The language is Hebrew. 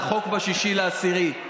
על החוק ב-6 באוקטובר?